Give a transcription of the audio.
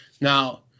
Now